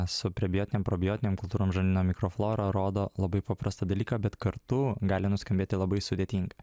su prebiotinėm probiotinėm kultūrom žarnyno mikroflora rodo labai paprastą dalyką bet kartu gali nuskambėti labai sudėtinga